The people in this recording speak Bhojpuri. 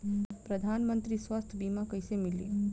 प्रधानमंत्री स्वास्थ्य बीमा कइसे मिली?